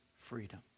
freedom